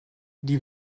die